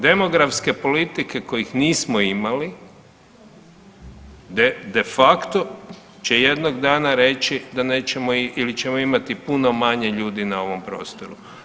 Demografske politike kojih nismo imali de facto će jednog dana reći da nećemo ili ćemo imati puno manje ljudi na ovom prostoru.